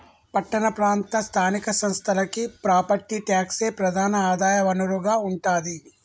పట్టణ ప్రాంత స్థానిక సంస్థలకి ప్రాపర్టీ ట్యాక్సే ప్రధాన ఆదాయ వనరుగా ఉంటాది